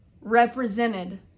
represented